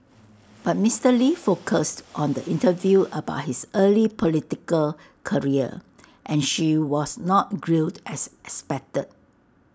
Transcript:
but Mister lee focused on the interview about his early political career and she was not grilled as expected